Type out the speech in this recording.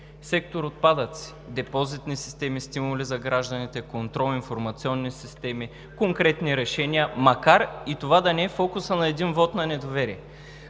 Сектор „Отпадъци“ – депозитни системи, стимули за гражданите, контрол, информационни системи, конкретни решения, макар и това да не е фокусът на един вот на недоверие,